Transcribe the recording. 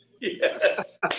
Yes